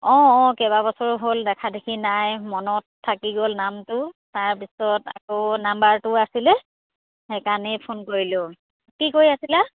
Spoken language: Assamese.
অঁ অঁ কেইবাবছৰো হ'ল দেখা দেখি নাই মনত থাকি গ'ল নামটো তাৰপিছত আকৌ নাম্বাৰটোও আছিলে সেইকাৰণেই ফোন কৰিলোঁ কি কৰি আছিলা